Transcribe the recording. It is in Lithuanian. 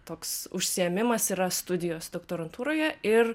toks užsiėmimas yra studijos doktorantūroje ir